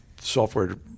software